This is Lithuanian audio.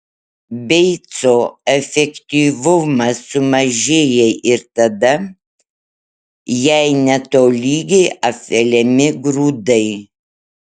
beico efektyvumas sumažėja ir tada jei netolygiai apveliami grūdai